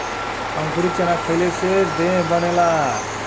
अंकुरित चना खईले से देह बनेला